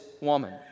woman